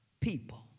people